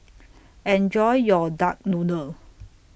Enjoy your Duck Noodle